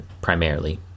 primarily